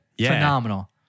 Phenomenal